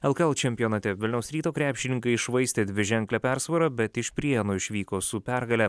lkl čempionate vilniaus ryto krepšininkai iššvaistė dviženklę persvarą bet iš prienų išvyko su pergale